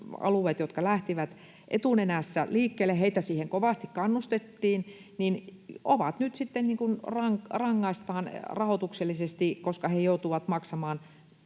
alueita, jotka lähtivät etunenässä liikkeelle — heitä siihen kovasti kannustettiin — nyt sitten rangaistaan rahoituksellisesti, koska he joutuvat maksamaan